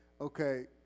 okay